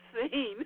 seen